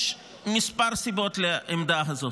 יש מספר סיבות לעמדה הזאת.